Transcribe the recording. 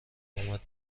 قومت